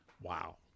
Wow